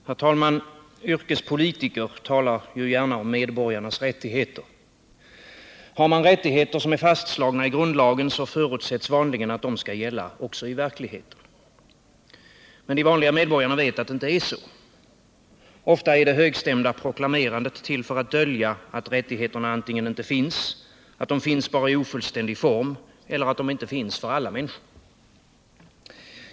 Herr talman! Yrkespolitiker talar ju gärna om medborgarnas rättigheter. Har man rättigheter fastslagna i grundlagen, förutsätts vanligen att de också skall gälla i verkligheten. De vanliga medborgarna vet att det inte är så. Ofta är det högstämda proklamerandet till för att dölja att rättigheterna antingen inte finns, finns i ofullständig form eller inte finns för alla.